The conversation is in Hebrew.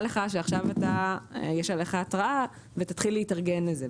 לך שיש עליך התרעה ותתחיל להתארגן לזה,